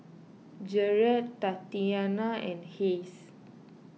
Jarret Tatiana and Hayes